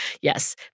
Yes